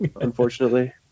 Unfortunately